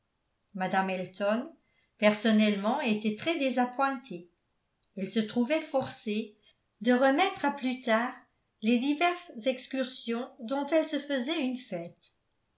mme elton personnellement était très désappointée elle se trouvait forcée de remettre à plus tard les diverses excursions dont elle se faisait une fête